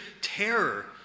terror